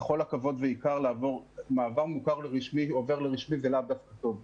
בכל הכבוד, מעבר מוכר לרשמי זה לאו דווקא טוב.